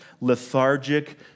lethargic